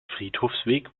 friedhofsweg